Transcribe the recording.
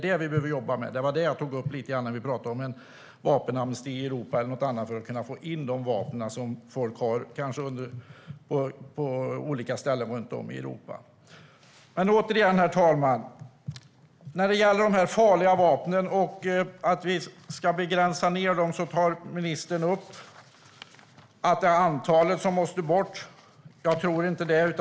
Jag var inne på det när vi pratade om att utlysa en vapenamnesti eller liknande i Europa för att kunna få in de vapen som folk kanske har på olika ställen runt om i Europa. Herr talman! När det gäller begränsningar för de här farliga vapnen tar ministern upp att det är antalet som måste ned. Jag tror inte det.